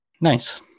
Nice